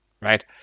right